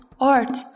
art